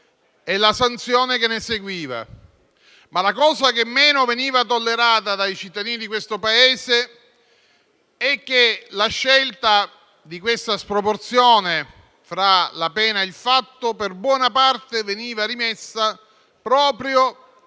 La cosa che però meno veniva tollerata dai cittadini di questo Paese è che la scelta di questa sproporzione tra la pena e il fatto per buona parte veniva rimessa proprio a chi per